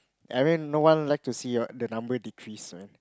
I mean no one like to see your the number decrease right